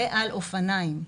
ועל אופניים.